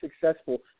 successful